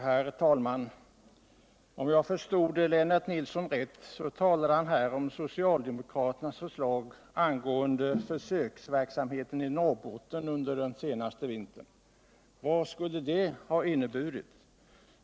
Herr talman! Lennart Nilsson talade om socialdemokraternas förslag angående försöksverksamhet i Norrbotten under den senaste vintern. Men vad skulle det ha inneburit?